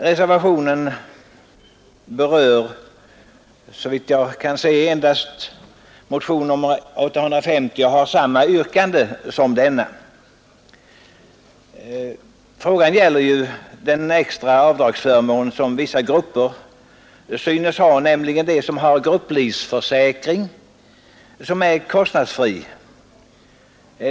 Reservationen berör såvitt jag kan se enbart motionen 850 och har samma yrkande som denna. Frågan gäller den extra avdragsförmån som vissa grupper synes ha, nämligen de som har kostnadsfri grupplivförsäkring.